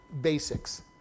basics